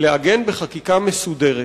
לעגן בחקיקה מסודרת